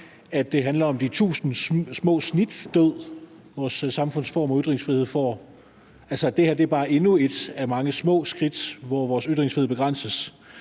at det handler om de tusind små snits død, som vores samfundsform og ytringsfrihed lider? Det her er bare endnu et af mange små skridt, hvor vores ytringsfrihed begrænses,